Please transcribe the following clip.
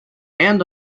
and